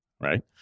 right